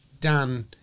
Dan